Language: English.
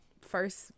first